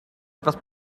etwas